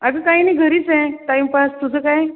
अगं काही नाही घरीच आहे टाईमपास तुझं काय